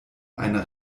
einer